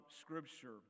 scripture